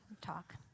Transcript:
talk